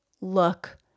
look